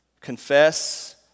confess